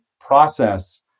process